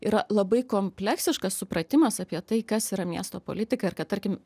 yra labai kompleksiškas supratimas apie tai kas yra miesto politika ir kad tarkim